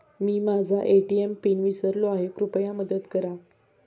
मी माझा ATM PIN विसरलो आहे, कृपया मदत करा